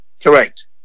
Correct